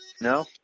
No